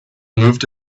moved